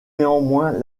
néanmoins